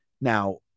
Now